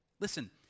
listen